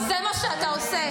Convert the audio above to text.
זה מה שאתה עושה.